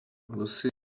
lucy